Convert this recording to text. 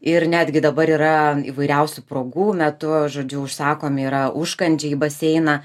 ir netgi dabar yra įvairiausių progų metu žodžiu užsakomi yra užkandžiai į baseiną